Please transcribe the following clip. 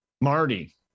Marty